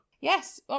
Yes